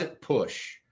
push